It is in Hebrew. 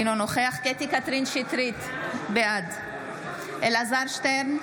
אינו נוכח קטי קטרין שטרית, בעד אלעזר שטרן,